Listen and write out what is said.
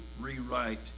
rewrite